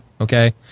Okay